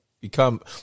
become